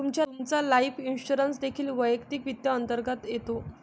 तुमचा life insurance देखील वैयक्तिक वित्त अंतर्गत येतो